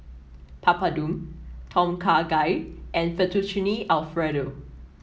Papadum Tom Kha Gai and Fettuccine Alfredo